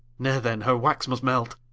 nay then, her wax must melt